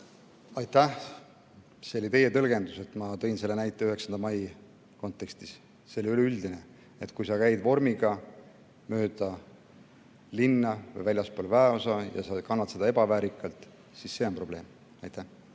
Aitäh! See oli teie tõlgendus, et ma tõin selle näite 9. mai kontekstis. See on üldiselt teada, et kui sa käid vormiga mööda linna või väljaspool väeosa ja käitud seda kandes ebaväärikalt, siis see on probleem. Aitäh!